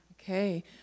Okay